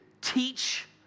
teach